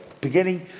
beginning